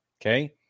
Okay